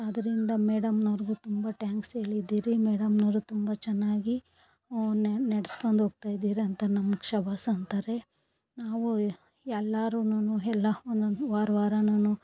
ಆದ್ರಿಂದ ಮೇಡಮ್ರವ್ರಿಗು ತುಂಬ ಟ್ಯಾಂಕ್ಸ್ ಹೇಳಿದ್ದಿರಿ ಮೇಡಮ್ರವರು ತುಂಬ ಚೆನ್ನಾಗಿ ನಡ್ಸ್ಕೊಂಡು ಹೋಗ್ತಾ ಇದೀರಂತ ನಮ್ಗೆ ಶಬ್ಬಾಸ್ ಅಂತಾರೆ ನಾವು ಎಲ್ಲಾರುನೂ ಎಲ್ಲ ಒನ್ನೊಂದು ವಾರ ವಾರಾನು